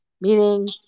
Meaning